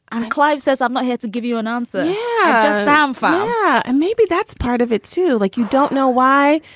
and clive says, i'm not here to give you an answer i'm yeah um fine. um ah and maybe that's part of it, too. like you don't know why.